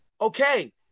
Okay